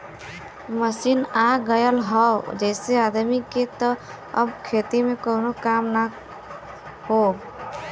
machine आ गयल हौ जेसे आदमी के त अब खेती में कउनो काम ना हौ